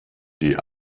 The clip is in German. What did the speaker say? die